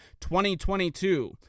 2022